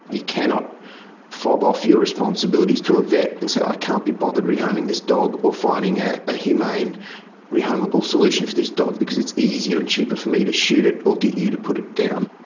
you cannot fob off your responsibilities to a vet and say, i can't be bothered rehoming this dog or finding a humane rehomeable solution for this dog, because it's easier and cheaper for me to shoot it or get you to put it down.